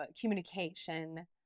communication